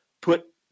put